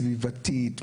סביבתית,